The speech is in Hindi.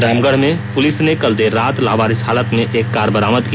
रामगढ़ में पुलिस ने कल देर रात लावारिस हालत में एक कार बरामद की